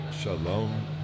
shalom